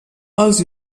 els